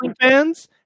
fans